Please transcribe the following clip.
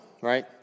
right